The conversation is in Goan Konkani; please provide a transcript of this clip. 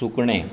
सुकणें